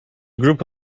group